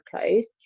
closed